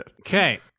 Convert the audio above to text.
Okay